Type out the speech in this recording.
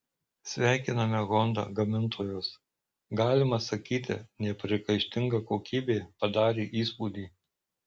sveikiname honda gamintojus galima sakyti nepriekaištinga kokybė padarė įspūdį